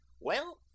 Well